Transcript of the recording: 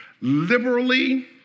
liberally